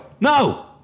No